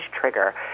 trigger